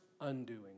undoing